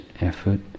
effort